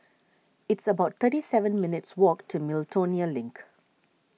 it's about thirty seven minutes' walk to Miltonia Link